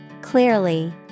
Clearly